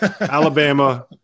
Alabama